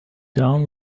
down